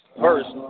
first